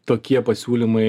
tokie pasiūlymai